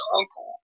uncle